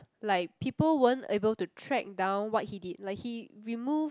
like people weren't able to track down what he did like he remove